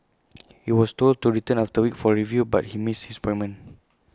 he was told to return after A week for A review but he missed his appointment